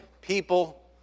people